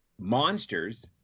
monsters